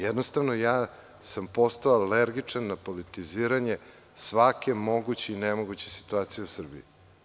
Jednostavno, postao sam alergičan na politiziranje svake moguće i nemoguće situacije u Srbiji.